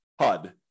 HUD